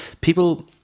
people